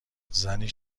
زنی